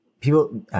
People